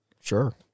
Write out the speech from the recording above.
Sure